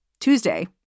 Tuesday